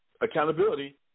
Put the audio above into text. accountability